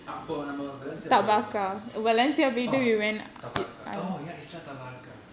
அப்போநாம:appo naama valencia போயிருந்தோம்ல:poyirundhomla oh tabarca oh ya isle tabarca